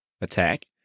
attack